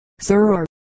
Sir